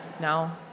No